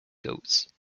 goats